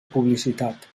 publicitat